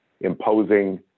imposing